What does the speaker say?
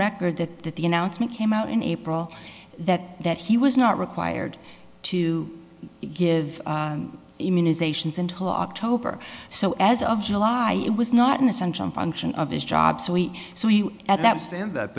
record that that the announcement came out in april that that he was not required to give immunizations until october so as of july it was not an essential function of his job so weak so he at that stand that